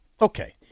okay